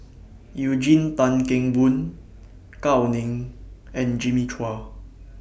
Eugene Tan Kheng Boon Gao Ning and Jimmy Chua